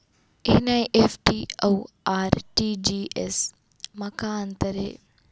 NEFT अऊ RTGS मा का अंतर हे?